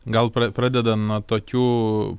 gal pra pradedant nuo tokių